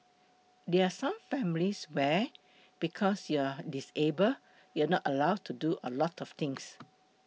there are some families where because you are disable you are not allowed to do a lot of things